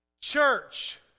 Church